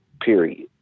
period